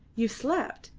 you slept!